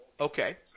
Okay